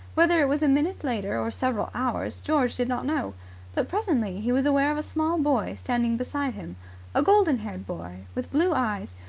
whether it was a minute later or several hours, george did not know but presently he was aware of a small boy standing beside him a golden-haired boy with blue eyes,